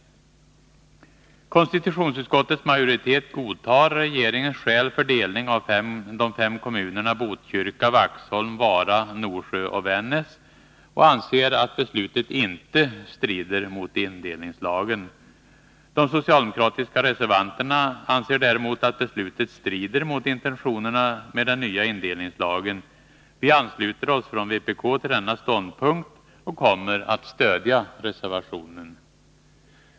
Konstitutionsutskottets majoritet godtar regeringens skäl för delning av de fem kommunerna Botkyrka, Vaxholm, Vara, Norsjö och Vännäs och anser att beslutet inte strider mot indelningslagen. De socialdemokratiska reservanterna anser däremot att beslutet strider mot intentionerna med den nya indelningslagen. Vi från vpk ansluter oss till denna ståndpunkt och kommer att stödja reservationen.